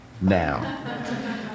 now